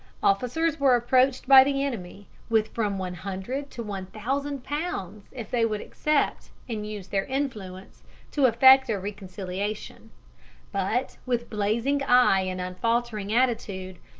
officers were approached by the enemy with from one hundred to one thousand pounds if they would accept and use their influence to effect a reconciliation but, with blazing eye and unfaltering attitude,